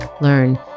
learn